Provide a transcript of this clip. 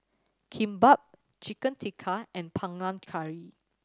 Kimbap Chicken Tikka and Panang Curry